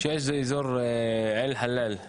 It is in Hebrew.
אזור אל-חלאל.